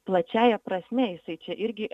plačiąja prasme jisai čia irgi